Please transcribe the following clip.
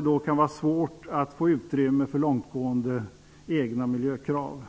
Då kan det vara svårt att få utrymme för långtgående egna miljökrav.